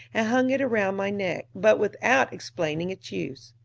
and hung it round my neck, but without explaining its use.